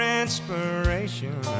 inspiration